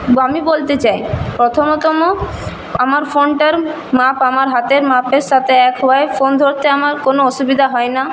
আমি বলতে চাই প্রথমতম আমার ফোনটার মাপ আমার হাতের মাপের সাথে এক হওয়ায় ফোন ধরতে আমার কোনো অসুবিধা হয় না